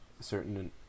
certain